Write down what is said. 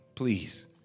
please